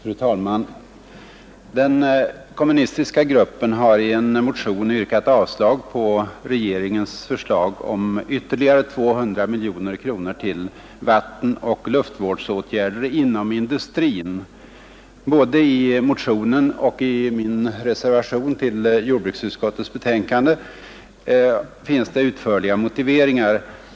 Fru talman! Den kommunistiska gruppen har i en motion yrkat avslag på regeringens förslag om ytterligare 200 miljoner kronor till vattenoch luftvårdsåtgärder inom industrin. Både i motionen och i min reservation till jordbruksutskottets betänkande finns det utförliga motiveringar.